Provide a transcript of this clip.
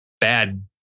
bad